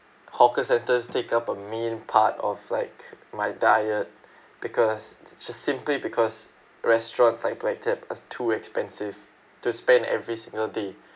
hawker centres take up a main part of like my diet because just simply because restaurants like plated are too expensive to spend every single day